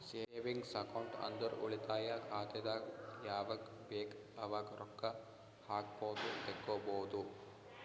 savings account ಅಂದುರ್ ಉಳಿತಾಯ ಖಾತೆದಾಗ್ ಯಾವಗ್ ಬೇಕ್ ಅವಾಗ್ ರೊಕ್ಕಾ ಹಾಕ್ಬೋದು ತೆಕ್ಕೊಬೋದು